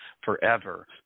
forever